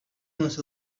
must